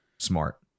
smart